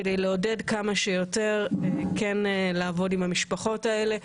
כדי לעודד כמה שיותר כן לעבוד עם המשפחות האלה.